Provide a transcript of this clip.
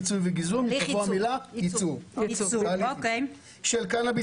מיצוי וגיזום" יבוא "ייצור תהליכי של קנאביס